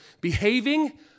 behaving